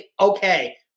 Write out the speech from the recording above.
okay